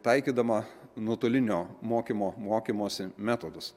taikydama nuotolinio mokymo mokymosi metodus